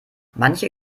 manche